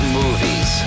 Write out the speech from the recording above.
movies